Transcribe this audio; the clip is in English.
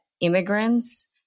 immigrants